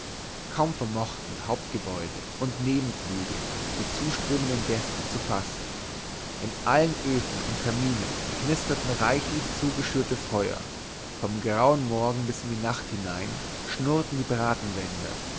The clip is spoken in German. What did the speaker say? kaum vermochten hauptgebäude und nebenflügel die zuströmenden gäste zu fassen in allen öfen und kaminen knisterten reichlich zugeschürte feuer vom grauen morgen bis in die nacht hinein schnurrten die